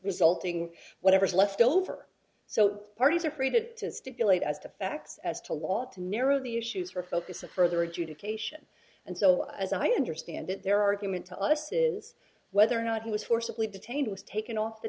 resulting whatever's left over so parties are created to stipulate as to facts as to law to narrow the issues for focus of further adjudication and so as i understand it their argument to us is whether or not he was forcibly detained was taken off the